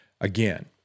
again